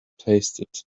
tasted